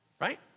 right